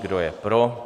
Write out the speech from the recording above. Kdo je pro?